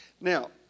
Now